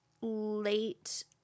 late